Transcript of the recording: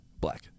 Black